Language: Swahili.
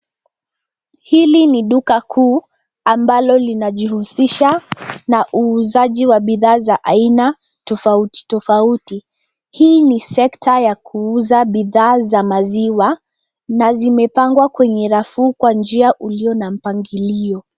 Hili ni duka kuu ambalo linajihusisha na uuzaji wa bidhaa za aina tofauti tofauti. Hii ni sekta ya kuuza bidhaa za maziwa, na zimepangwa kwenye rafu kwa njia ulio na mpangilio.